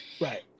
Right